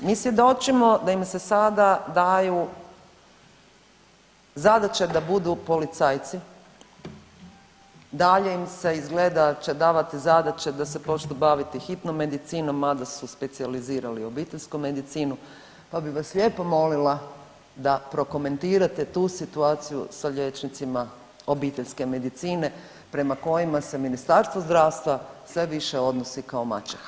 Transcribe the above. Mi svjedočimo da im se sada daju zadaće da budu policajce, dalje im se izgleda će davati zadaće da se počnu baviti hitnom medicinom mada su specijalizirali obiteljsku medicinu, pa bi vas lijepo molila da prokomentirate tu situaciju sa liječnicima obiteljske medicine prema kojima se Ministarstvo zdravstva sve više odnosi kao maćeha.